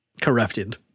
corrupted